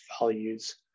values